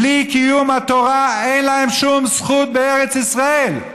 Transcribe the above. בלי קיום התורה אין להם שום זכות בארץ ישראל.